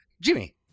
Jimmy